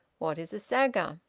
what is a sagger?